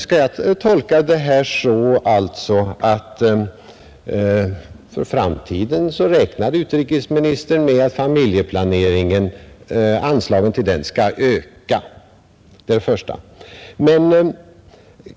Skall jag tolka detta uttalande så, att utrikesministern för framtiden räknar med att anslagen till familjeplaneringen skall öka? — Det var den första frågan.